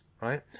right